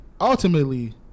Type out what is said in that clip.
ultimately